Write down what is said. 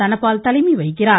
தனபால் தலைமை வகிக்கிறார்